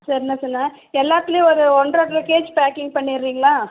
சரிண்ணா சரிண்ணா எல்லாத்துலேயும் ஒரு ஒன்றரை கிலோ கேஜி பேக்கிங் பண்ணிடுறீங்களா